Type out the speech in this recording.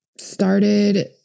started